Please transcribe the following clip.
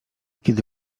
kiedy